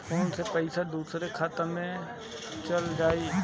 Phone से पईसा दूसरे के खाता में चल जाई?